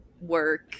work